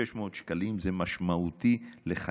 600 שקלים בחודש זה משמעותי לחייהם.